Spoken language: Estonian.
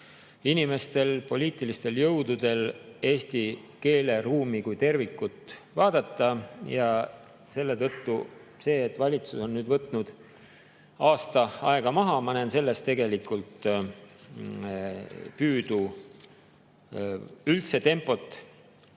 inimestel, poliitilistel jõududel eesti keeleruumi kui tervikut vaadata. Seetõttu ma näen selles, et valitsus on nüüd võtnud aasta aega maha, tegelikult püüdu üldse tempot